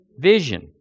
vision